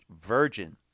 virgin